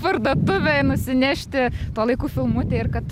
parduotuvę ir nusinešti tuo laiku filmuoti ir kad